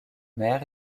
mer